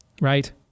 right